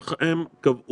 אתה אומר שגרמניה חזרה.